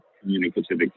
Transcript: communicative